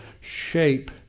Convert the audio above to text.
shape